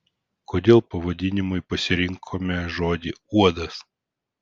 kodėl pavadinimui pasirinkome žodį uodas